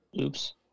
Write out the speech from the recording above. Oops